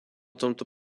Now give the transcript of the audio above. tomto